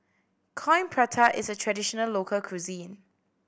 Coin Prata is a traditional local cuisine